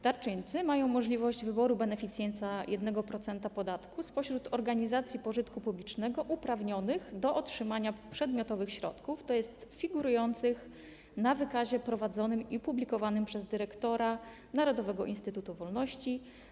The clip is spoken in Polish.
Darczyńcy mają możliwość wyboru beneficjenta 1% podatku spośród organizacji pożytku publicznego uprawnionych do otrzymania przedmiotowych środków, tj. figurujących w wykazie prowadzonym i publikowanym przez dyrektora Narodowego Instytutu Wolności.